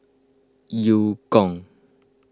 Eu Kong